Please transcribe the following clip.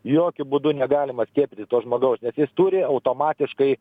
jokiu būdu negalima skiepyti to žmogaus nes jis turi automatiškai